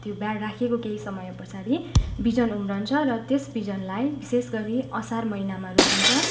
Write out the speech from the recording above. त्यो ब्याड राखेको केही समय पछाडि बिजन उम्रन्छ र त्यस बिजनलाई विशेष गरी असार महिनामा रोपिन्छ